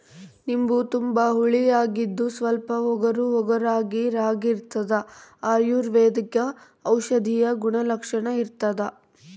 ನಿಂಬು ತುಂಬಾ ಹುಳಿಯಾಗಿದ್ದು ಸ್ವಲ್ಪ ಒಗರುಒಗರಾಗಿರಾಗಿರ್ತದ ಅಯುರ್ವೈದಿಕ ಔಷಧೀಯ ಗುಣಲಕ್ಷಣ ಇರ್ತಾದ